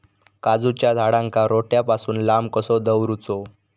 काजूच्या झाडांका रोट्या पासून लांब कसो दवरूचो?